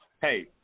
Hey